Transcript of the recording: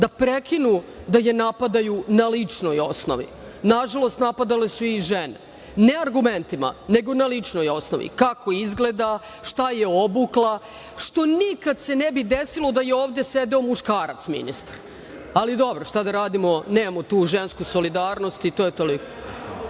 da prekinu da je napadaju na ličnoj osnovi. Nažalost, napadale su je i žene, ne argumentima, nego na ličnoj osnovi, kako izgleda, šta je obukla, što se nikada ne bi desilo da je ovde sedeo muškarac ministar. Ali dobro, šta da radimo, nemamo tu žensku solidarnost i to je toliko. Ko